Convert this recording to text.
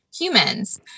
humans